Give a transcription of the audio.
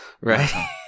Right